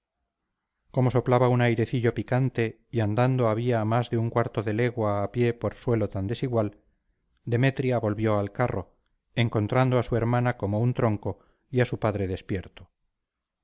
como soplaba un airecillo picante y andado había ya más de un cuarto de legua a pie por suelo tan desigual demetria volvió al carro encontrando a su hermana como un tronco y a su padre despierto